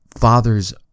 father's